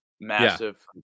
Massive